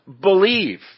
believe